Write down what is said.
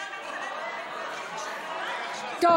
רויטל מתחננת, נו,